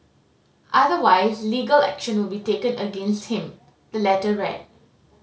otherwise legal action will be taken against him the letter read